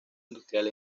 industrial